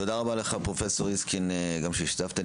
תודה רבה לך, פרופ' ריסקין, גם שהשתתפת.